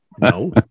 No